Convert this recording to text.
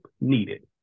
needed